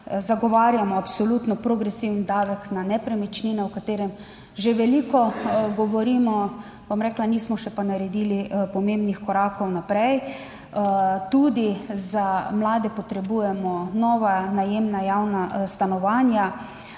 Zagovarjamo absolutno progresiven davek na nepremičnine, o katerem že veliko govorimo, bom rekla, nismo še naredili pomembnih korakov naprej, Tudi za mlade potrebujemo nova najemna javna stanovanja.